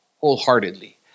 wholeheartedly